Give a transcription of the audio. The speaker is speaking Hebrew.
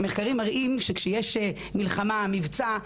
שמחקרים מראים שכשיש מלחמה או מבצע,